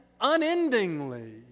unendingly